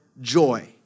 joy